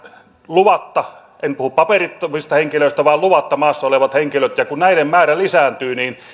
luvatta en puhu paperittomista henkilöistä maassa olevat henkilöt ja kun näiden määrä lisääntyy niin